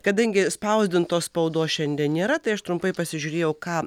kadangi spausdintos spaudos šiandien nėra tai aš trumpai pasižiūrėjau ką